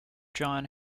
john